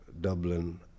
Dublin